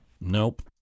Nope